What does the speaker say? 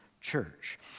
church